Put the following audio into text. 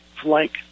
flank